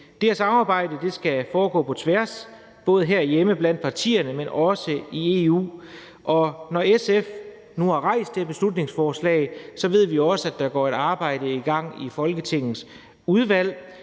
her samarbejde skal foregå på tværs, både herhjemme blandt partierne, men også i EU. Og når SF nu har fremsat det her beslutningsforslag, ved vi også, at der går et arbejde i gang i Folketingets udvalg,